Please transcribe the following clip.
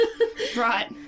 Right